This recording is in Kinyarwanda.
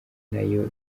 nayo